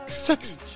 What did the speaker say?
Six